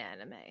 anime